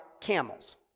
camels